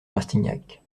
rastignac